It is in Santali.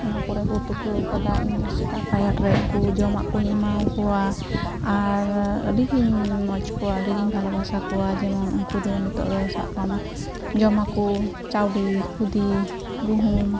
ᱚᱱᱟ ᱠᱚᱨᱮ ᱠᱚ ᱛᱩᱠᱟᱹ ᱟᱠᱟᱫᱟ ᱤᱧᱫᱚ ᱥᱮᱛᱟᱜ ᱯᱟᱭᱟᱨ ᱨᱮ ᱩᱱᱠᱚ ᱡᱚᱢᱟᱜᱠᱚᱧ ᱮᱢᱟᱟᱠᱚᱣᱟ ᱟᱨ ᱟᱹᱰᱤᱜᱮᱧ ᱢᱚᱡᱽ ᱠᱚᱣᱟ ᱟᱹᱰᱤᱜᱮᱧ ᱵᱷᱟᱞᱚᱵᱟᱥᱟ ᱠᱚᱣᱟ ᱡᱮᱢᱚᱱ ᱩᱱᱠᱩᱫᱚ ᱱᱤᱛᱚᱜᱫᱚ ᱥᱟᱵᱠᱟᱢ ᱡᱚᱢᱟᱠᱚ ᱪᱟᱣᱞᱮ ᱠᱷᱚᱫᱮ ᱜᱩᱦᱩᱢ